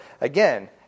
again